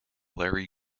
larry